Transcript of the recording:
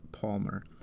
Palmer